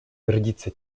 гордиться